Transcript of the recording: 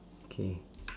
K